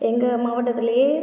எங்கள் மாவட்டத்துலையே